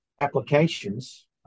applications